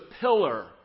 pillar